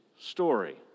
story